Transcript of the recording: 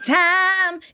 time